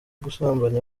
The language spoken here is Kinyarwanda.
gusambanya